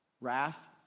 Wrath